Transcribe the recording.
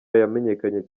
yamenyekanye